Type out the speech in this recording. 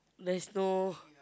there's no